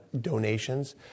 donations